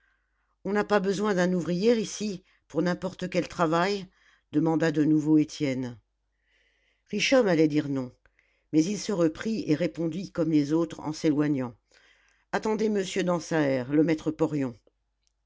on n'a pas besoin d'un ouvrier ici pour n'importe quel travail demanda de nouveau étienne richomme allait dire non mais il se reprit et répondit comme les autres en s'éloignant attendez monsieur dansaert le